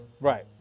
Right